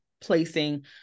placing